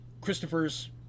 Christopher's